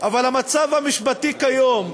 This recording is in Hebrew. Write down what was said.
אבל המצב המשפטי כיום,